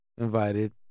invited